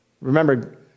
Remember